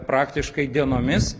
praktiškai dienomis